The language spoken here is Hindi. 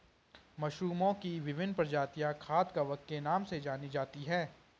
मशरूमओं की विभिन्न प्रजातियां खाद्य कवक के नाम से जानी जाती हैं